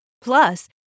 Plus